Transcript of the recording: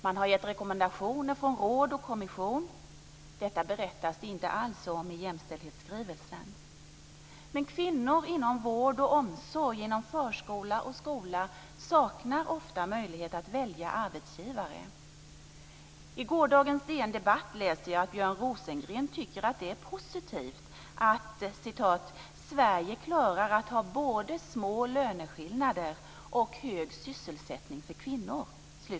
Man har gett rekommendationer från råd och kommission. Detta berättas det inte alls om i jämställdhetsskrivelsen. Kvinnor inom vård, omsorg, förskola och skola saknar ofta möjlighet att välja arbetsgivare. På gårdagens DN Debatt läser jag att Björn Rosengren tycker att det är positivt att "Sverige klarar att ha både små löneskillnader och hög sysselsättning för kvinnor".